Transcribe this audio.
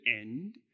end